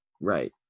right